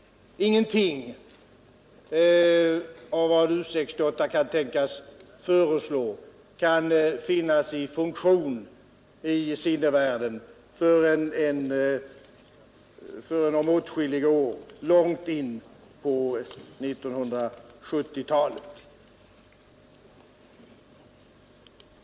Ingenting av vad U 68 kan tänkas föreslå kan vara i funktion i sinnevärlden förrän långt in på 1970-talet.